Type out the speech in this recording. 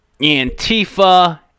Antifa